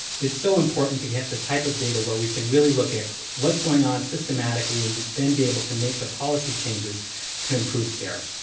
it's so important to get the type of data where we can really look at what's going on systematically, and then be able to make the policy changes to improve care.